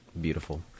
beautiful